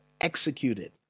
executed